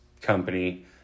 company